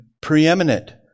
preeminent